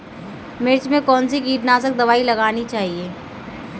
मिर्च में कौन सी कीटनाशक दबाई लगानी चाहिए?